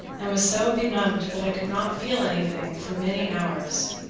and was so benumbed that i could not feel any thing for many hours.